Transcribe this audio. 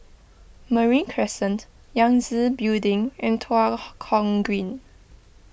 Marine Crescent Yangtze Building and Tua Kong Green